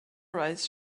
rice